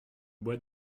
bois